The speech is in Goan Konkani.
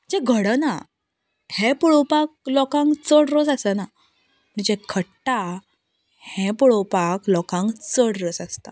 जें घडना हें पळोवपाक लोकांक चड रस आसना पण जें घडटा हें पळोवपाक लोकांक चड रस आसता